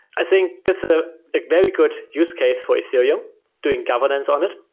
i think that's a very good use case for ethereum doing governance on it.